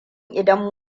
idan